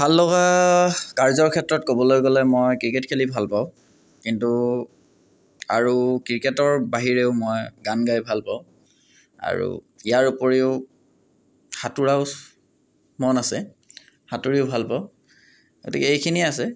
ভাল লগা কাৰ্যৰ ক্ষেত্ৰত ক'বলৈ গ'লে মই ক্ৰিকেট খেলি ভাল পাওঁ কিন্তু আৰু ক্ৰিকেটৰ বাহিৰেও মই গান গাই ভাল পাওঁ আৰু ইয়াৰ উপৰিও সাঁতোৰাও মন আছে সাতুঁৰিও ভাল পাওঁ গতিকে এইখিনিয়ে ভাল পাওঁ